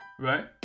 right